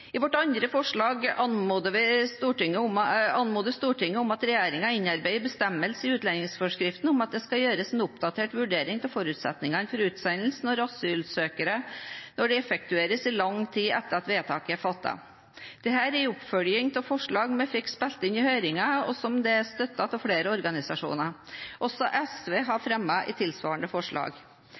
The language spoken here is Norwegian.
I vårt andre forslag anmodes Stortinget om at regjeringen innarbeider en bestemmelse i utlendingsforskriften om at det skal gjøres en oppdatert vurdering av forutsetningene for utsendelse av asylsøkere når effektueringen skjer i lang tid etter at vedtaket er fattet. Dette er en oppfølging av forslag vi fikk spilt inn i høringen, som er støttet av flere organisasjoner. SV har fremmet et tilsvarende forslag.